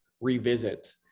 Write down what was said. revisit